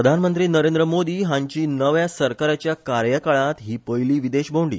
प्रधानमंत्री नरेंद्र मोदी हांची नव्या सरकाराच्या कार्यकाळांत हि पयली विदेश भोंवडी